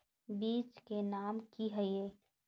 बीज के नाम की हिये?